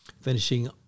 Finishing